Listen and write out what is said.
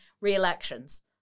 re-elections